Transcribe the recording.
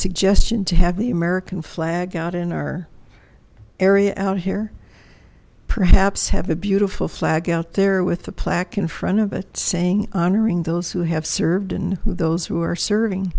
suggestion to have the american flag out in our area out here perhaps have a beautiful flag out there with the plaque in front of it saying honoring those who have served and those who are